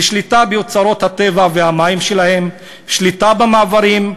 שליטה באוצרות הטבע והמים שלהם ושליטה במעברים,